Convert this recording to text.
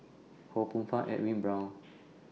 Ho Poh Fun Edwin Brown